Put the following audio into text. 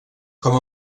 com